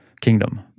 kingdom